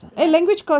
last